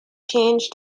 change